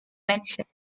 mentioned